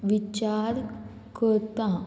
विचार करतां